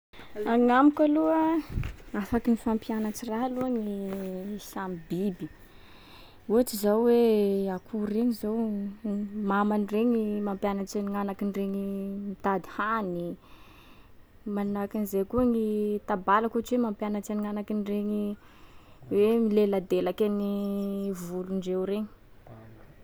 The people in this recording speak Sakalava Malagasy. Agnamiko aloha a, afaky mifampianatsy raha aloha ny samy biby. Ohatsy zao hoe akoho reny zao m- mamany regny mampianatsa gn'agnakiny reny mitady hany, manahaka an’izay koa ny tabalaky ohatsa hoe mampianatsa gn'agnakiny reny hoe mileladelaky an'ny volondreo regny.